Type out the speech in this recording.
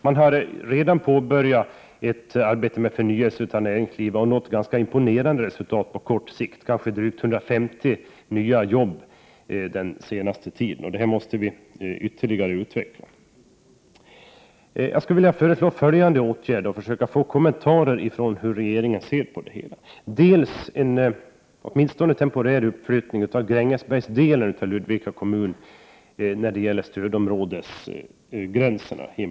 Man har redan påbörjat ett arbete med förnyelse av näringslivet och nått ganska imponerande resultat på en kort tid, drygt 150 nya jobb den senaste tiden. Det måste utvecklas vidare. Jag skulle vilja föreslå några åtgärder och få kommentarer hur regeringen ser på dem. För det första: Åtminstone en temporär inplacering av Grängesbergsdelen av Ludvika kommun i ett annat stödområde.